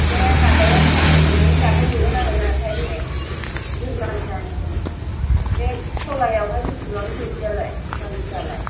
बे माबायावहाय आं थांनानै दाहोहैगोन आरो ना ओमफ्राय बे गोदोनानिया बे थ'लायावहाय बिसिबां बिदियालाय दामफ्रालाय